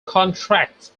contracts